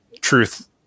truth